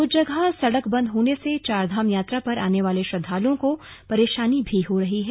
कुछ जगह सड़क बंद होने से चारधाम यात्रा पर आने वाले श्रद्वालुओं को परेशानी भी हो रही है